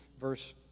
verse